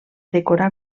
decorar